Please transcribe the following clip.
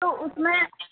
तो उसमें